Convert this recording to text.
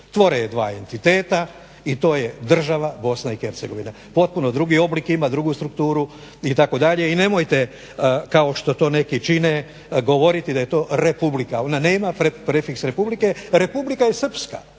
Tvore je dva entiteta i to je država BiH. Potpuno drugi oblik ima, drugu strukturu itd. i nemojte kao što to neki čine govoriti da je to Republika. Ona nema prefiks republike, Republika je Srpska